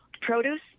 produce